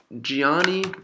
Gianni